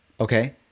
Okay